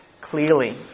clearly